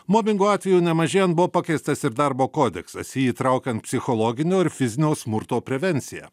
mobingo atveju nemažėjant buvo pakeistas ir darbo kodeksas į jį įtraukiant psichologinio ir fiziniaus smurto prevenciją